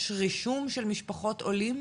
יש רישום של משפחות עולים?